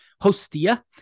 hostia